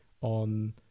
on